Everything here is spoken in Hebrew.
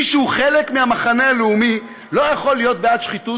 מי שהוא חלק מהמחנה הלאומי לא יכול להיות בעד שחיתות,